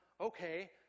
Okay